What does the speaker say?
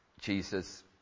Jesus